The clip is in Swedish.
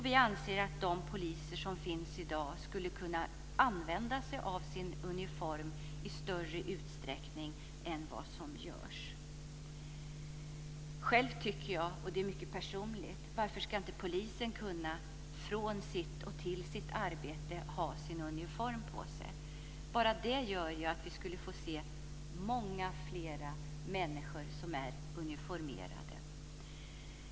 Vi anser att de poliser som finns i dag skulle kunna använda sin uniform i större utsträckning än vad de gör. Själv tycker jag - och det är mycket personligt - att polisen ska kunna bära sin uniform på vägen till och från sitt arbete. Bara det skulle göra att vi fick se många fler uniformerade människor.